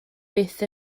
byth